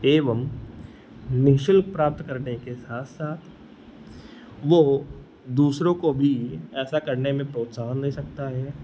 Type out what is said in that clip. एवं निःशुल्क प्राप्त करने के साथ साथ वह दूसरों को भी ऐसा करने में प्रोत्साहन दे सकता है